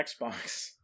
Xbox